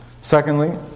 Secondly